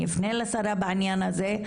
אני אפנה לשרה בעניין הזה,